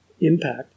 impact